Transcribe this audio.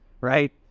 Right